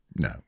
No